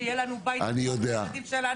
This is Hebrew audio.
שיהיה לנו בית לתת לילדים שלנו.